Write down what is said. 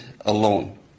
alone